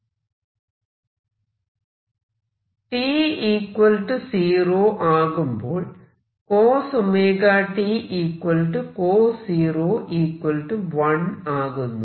t 0 ആകുമ്പോൾ cos⍵t cos 0 1 ആകുന്നു